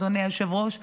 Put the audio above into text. אדוני היושב-ראש,